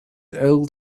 old